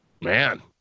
Man